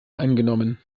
eingenommen